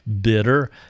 bitter